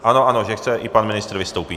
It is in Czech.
Ano, ano, že chce i pan ministr vystoupit.